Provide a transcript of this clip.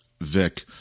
Vic